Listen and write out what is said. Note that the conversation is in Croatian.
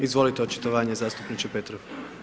Izvolite očitovanje zastupniče Petrov.